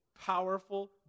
powerful